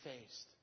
faced